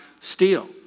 steal